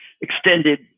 extended